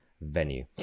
venue